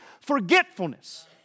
forgetfulness